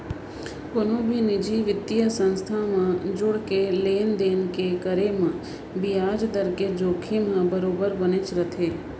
कोनो भी निजी बित्तीय संस्था म जुड़के लेन देन के करे म बियाज दर के जोखिम ह बरोबर बनेच रथे